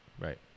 right